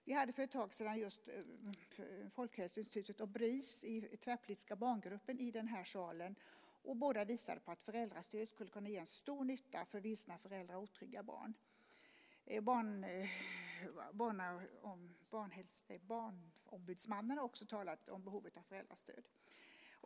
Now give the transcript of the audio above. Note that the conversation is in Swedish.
Vi hade för ett tag sedan Folkhälsoinstitutet och Bris i den tvärpolitiska barngruppen här i salen. Båda visade på att föräldrastöd skulle kunna göra stor nytta för vilsna föräldrar och otrygga barn. Barnombudsmannen har också talat om behovet av föräldrastöd.